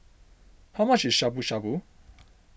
how much is Shabu Shabu